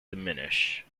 diminish